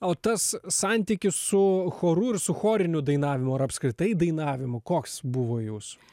o tas santykis su choru ir su choriniu dainavimu ar apskritai dainavimu koks buvo jūsų